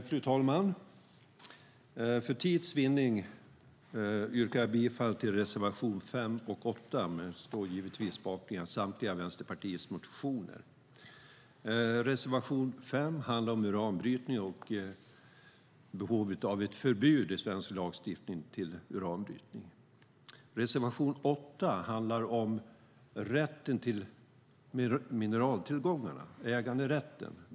Fru talman! För tids vinnande yrkar jag bifall till reservation 5 och 8, men jag står givetvis bakom samtliga Vänsterpartiets reservationer. Reservation 5 handlar om uranbrytning och behovet av ett förbud i svensk lagstiftning mot uranbrytning. Reservation 8 handlar om äganderätten till mineraltillgångarna.